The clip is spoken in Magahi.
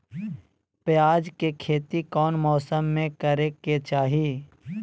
प्याज के खेती कौन मौसम में करे के चाही?